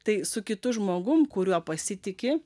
tai su kitu žmogum kuriuo pasitiki